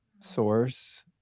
Source